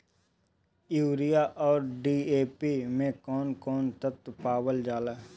Urea औरी AOP मै कौवन कौवन तत्व पावल जाला?